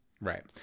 Right